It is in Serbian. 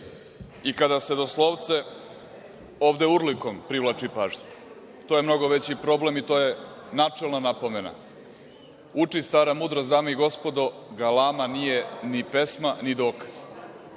i kada se doslovce ovde urlikom privlači pažnja. To je mnogo veći problem i to je načelna napomena. Uči stara mudrost, dame i gospodo - galama nije ni pesma, ni dokaz.